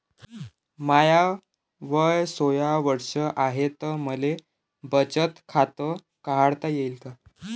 माय वय सोळा वर्ष हाय त मले बचत खात काढता येईन का?